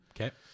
okay